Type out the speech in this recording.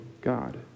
God